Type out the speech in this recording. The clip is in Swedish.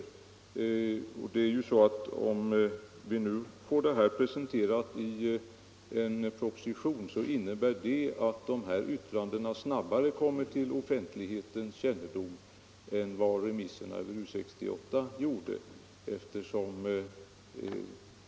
Men om yttrandena över U 68-beredningens promemoria presenteras i en proposition, innebär det att de snabbare kommer till offentlighetens kännedom än vad remissvaren på U 68 gjorde.